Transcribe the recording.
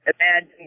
Imagine